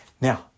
Now